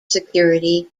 security